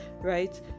right